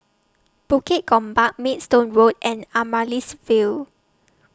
Bukit Gombak Maidstone Road and Amaryllis Ville